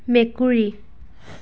মেকুৰী